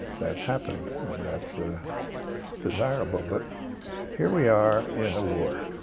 that's happening and that's desirable. but here we are in a war,